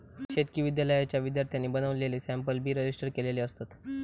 शेतकी विद्यालयाच्या विद्यार्थ्यांनी बनवलेले सॅम्पल बी रजिस्टर केलेले असतत